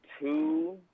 two